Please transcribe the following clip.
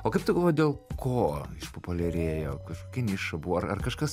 o kaip tu galvoji dėl ko išpopuliarėjo kažkokia niša buvo ar ar kažkas